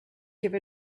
give